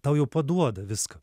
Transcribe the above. tau jau paduoda viską